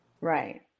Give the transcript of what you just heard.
Right